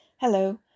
Hello